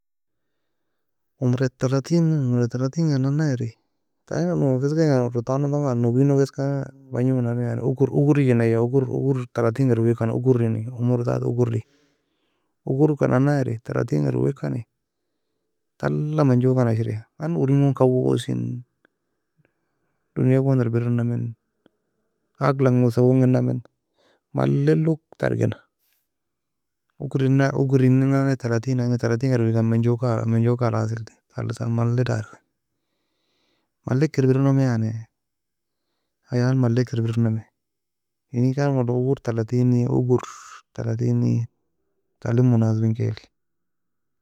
عمر الثلاثين عمر الثلاثين nae na eri دايما fa eska enga rotanog طبعا nubianog eska bagnimo nami يعني Ugor ugor eagina eyyo ugor ugor ugor talatinga doweikan ugorini umor zati ugori, ugorka nanna eri talatinga dowekani tala menjokan ashria لانه orien go kawosin, dunya gon erbairen namien, aglangosa gon genamien. Mamly log ter gena, ugor enan ugorin nannae ugorin nane talatina talatinga dowikan menjokan mejokan khalaseli khalesa malay dari, maleka erbair namie yani hayal maleka erbir nami, enin karmido ugor talatini ugor talatini talin munasbinenkail.